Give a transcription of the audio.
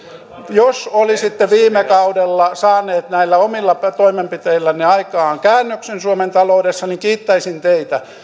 jos olisitte viime kaudella saaneet näillä omilla toimenpiteillänne aikaan käännöksen suomen taloudessa niin kiittäisin teitä